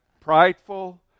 prideful